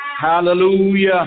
Hallelujah